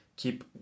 Keep